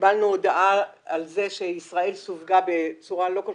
קיבלנו הודעה על זה שישראל סווגה בצורה לא כל